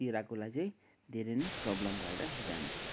तिरकोलाई चाहिँ धेरै नै प्रब्लम भएर जानेछ